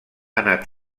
anat